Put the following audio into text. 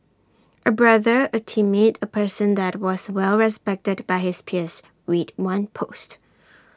A brother A teammate A person that was well respected by his peers read one post